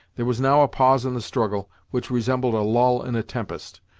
there was now a pause in the struggle, which resembled a lull in a tempest.